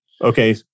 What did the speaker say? Okay